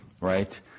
right